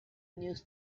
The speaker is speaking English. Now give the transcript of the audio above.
news